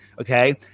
Okay